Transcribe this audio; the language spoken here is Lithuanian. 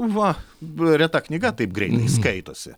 va biure ta knyga taip greitai skaitosi